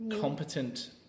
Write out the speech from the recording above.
competent